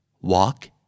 walk